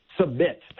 submit